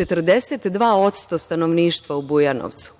42% stanovništva u Bujanovcu